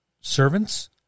servants